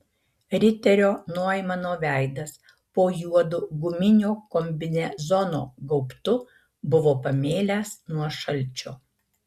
riterio noimano veidas po juodu guminio kombinezono gaubtu buvo pamėlęs nuo šalčio